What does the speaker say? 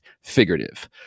figurative